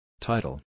Title